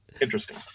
interesting